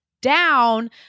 down